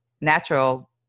natural